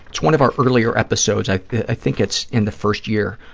it's one of our earlier episodes. i think it's in the first year.